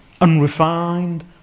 unrefined